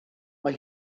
mae